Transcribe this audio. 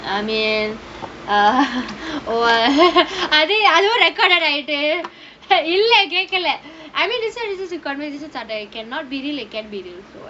I mean err err I think அதுவும்:athuvum recorded ஆயிட்டு:aayeettu இல்ல கேக்கல்ல:illa kekalla I mean this [one] is confidential